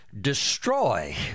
destroy